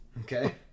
Okay